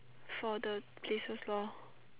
for the places lor